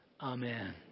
Amen